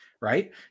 right